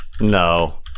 No